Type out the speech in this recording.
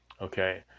okay